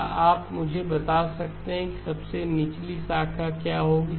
क्या आप मुझे बता सकते हैं कि सबसे निचली शाखा क्या होगी